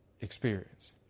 experience